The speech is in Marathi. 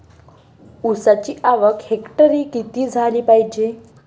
ऊसाची आवक हेक्टरी किती झाली पायजे?